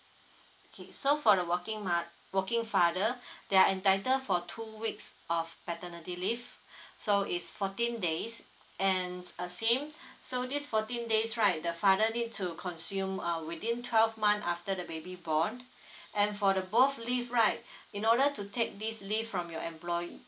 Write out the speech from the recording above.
okay so for the working mo~ working father they're entitle for two weeks of paternity leave so is fourteen days and uh same so this fourteen days right the father need to consume uh within twelve month after the baby born and for the both leave right in order to take this leave from your employe~